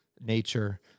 nature